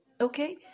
Okay